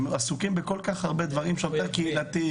השוטרים הקהילתיים עסוקים בכל כך הרבה דברים ובכל הסכסוכים.